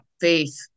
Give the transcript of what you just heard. faith